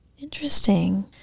interesting